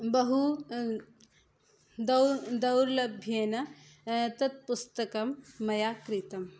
बहु दौर् दौर्लभ्येन तत् पुस्तकं मया क्रीतम्